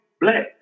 black